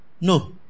No